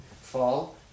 fall